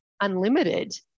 unlimited